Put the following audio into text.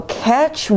catch